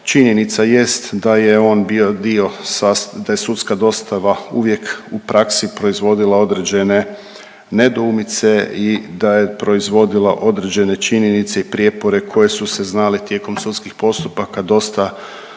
da je sudska dostava uvijek u praksi proizvodila određene nedoumice i da je proizvodila određene činjenice i prijepore koje su se znale tijekom sudskih postupaka dosta